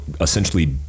essentially